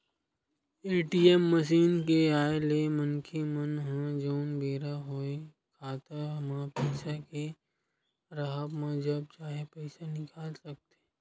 ATM machine के आय ले मनखे मन ह जउन बेरा होय खाता म पइसा के राहब म जब चाहे पइसा निकाल सकथे